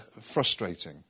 frustrating